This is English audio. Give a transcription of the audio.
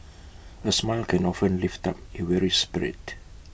A smile can often lift up A weary spirit